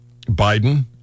Biden